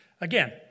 Again